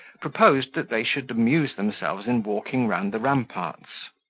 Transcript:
proposed that they should amuse themselves in walking round the ramparts.